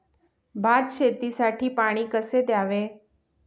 भात शेतीसाठी पाणी कसे द्यावे?